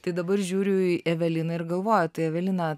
tai dabar žiūriu į eveliną ir galvoju tai evelina